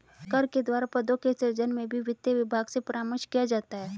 सरकार के द्वारा पदों के सृजन में भी वित्त विभाग से परामर्श किया जाता है